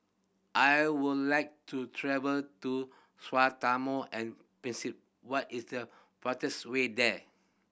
I would like to travel to and Principe what is the fastest way there